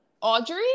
Audrey